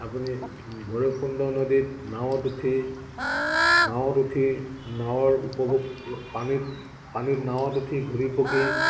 আপুনি ভৈৰৱকুণ্ড নদীত নাৱত উঠি নাৱত উঠি নাৱৰ উপভোগ পানীত পানীত নাৱত উঠি ঘূৰি পকি